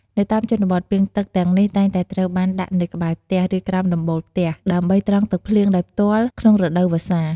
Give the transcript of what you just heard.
នៅតាមជនបទ ពាងទឹកទាំងនេះតែងតែត្រូវបានដាក់នៅក្បែរផ្ទះ ឬក្រោមដំបូលផ្ទះ ដើម្បីត្រងទឹកភ្លៀងដោយផ្ទាល់ក្នុងរដូវវស្សា។